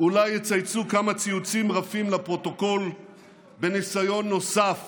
אולי יצייצו כמה ציוצים רפים לפרוטוקול בניסיון נוסף